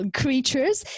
creatures